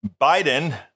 Biden